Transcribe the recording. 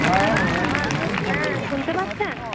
আপনার আমার হ্যাঁ শুনতে পাচ্ছেন